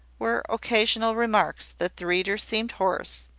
were occasional remarks that the reader seemed hoarse,